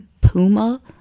puma